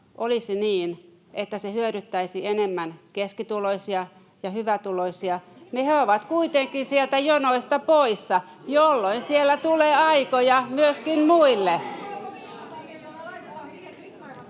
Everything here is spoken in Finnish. olisi niin, että se hyödyttäisi enemmän keskituloisia ja hyvätuloisia. He ovat kuitenkin sieltä jonoista poissa, jolloin sinne tulee aikoja myöskin muille.